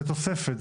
זה תוספת.